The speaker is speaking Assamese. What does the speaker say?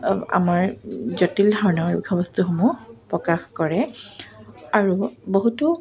আমাৰ জটিল ধাৰণাৰ বিষয়বস্তুসমূহ প্ৰকাশ কৰে আৰু বহুতো